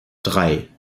drei